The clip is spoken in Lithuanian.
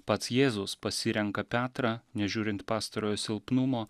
pats jėzus pasirenka petrą nežiūrint pastarojo silpnumo